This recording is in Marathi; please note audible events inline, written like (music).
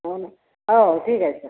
हो नं हो ठीक आहे (unintelligible)